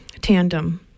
tandem